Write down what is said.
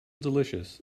delicious